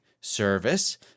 service